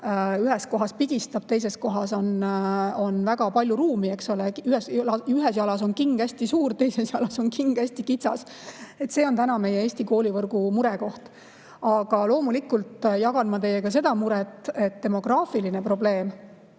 ühes kohas pigistab, teises kohas on väga palju ruumi, eks ole, ühes jalas on king hästi suur, teises jalas on king hästi kitsas. See on meie Eesti koolivõrgu murekoht. Aga loomulikult jagan ma teiega seda muret, et on demograafiline probleem,